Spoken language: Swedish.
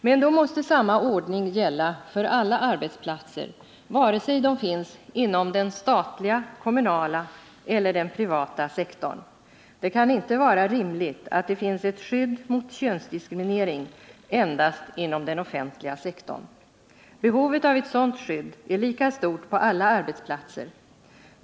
Men då måste samma ordning gälla för alla arbetsplatser, vare sig de finns inom den statliga, den kommunala eller den privata sektorn. Det kan inte vara rimligt att det finns ett skydd mot könsdiskriminering endast inom den offentliga sektorn. Behovet av eu sådamt skydd är lika stort på alla arbetsplatser.